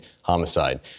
homicide